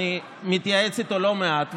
אני מתייעץ איתו לא מעט,